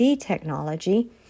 technology